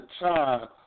time